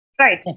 right